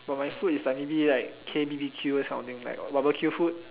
but my food is like maybe like K_B_B_Q this kind of things like barbecue food